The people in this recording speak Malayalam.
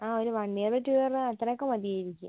ആ ഒരു വൺ ഇയർ ടു ഇയർ അത്രേക്കെ മതിയായിരിക്കും